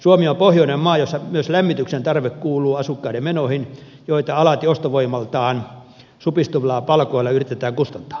suomi on pohjoinen maa jossa myös lämmityksen tarve kuuluu asukkaiden menoihin joita alati ostovoimaltaan supistuvilla palkoilla yritetään kustantaa